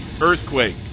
earthquake